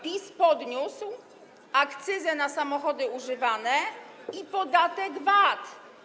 PiS podniósł akcyzę na samochody używane i podatek VAT.